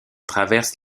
traverse